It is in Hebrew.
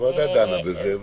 הוועדה דנה בזה,